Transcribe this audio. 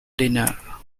dinner